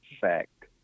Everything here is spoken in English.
Fact